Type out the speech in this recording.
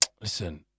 Listen